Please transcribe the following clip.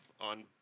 on